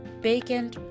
bacon